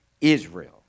Israel